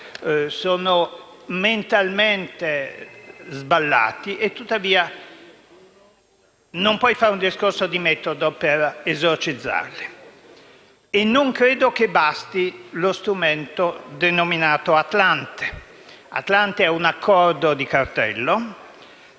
Sono mentalmente sballati e tuttavia non si può fare un discorso di metodo per esorcizzarli e non credo che basti lo strumento denominato Atlante. Atlante è un accordo di cartello